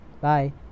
Bye